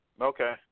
Okay